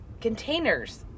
containers